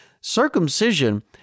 Circumcision